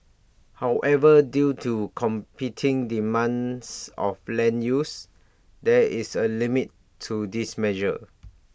however due to competing demands of land use there is A limit to this measure